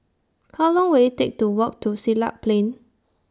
How Long Will IT Take to Walk to Siglap Plain